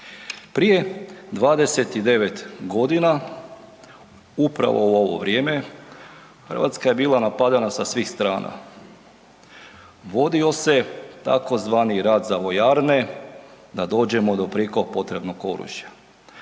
Prije 29 godina upravo u ovo vrijeme Hrvatska je bila napadana sa svih strana, vodio se takozvani rat za vojarne da dođemo do prijeko potrebnog oružja,